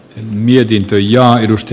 mietintö linjaa edusti